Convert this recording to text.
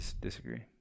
disagree